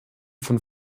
von